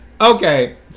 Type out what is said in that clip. Okay